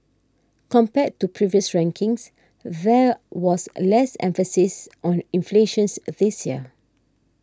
compared to previous rankings there was less emphasis on inflations this year